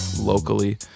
locally